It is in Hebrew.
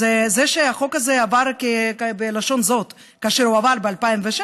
אז זה שהחוק הזה עבר בלשון זאת כאשר הוא עבר ב-2006,